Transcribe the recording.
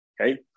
Okay